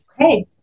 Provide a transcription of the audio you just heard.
Okay